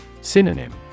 Synonym